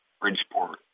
Bridgeport